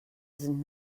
sind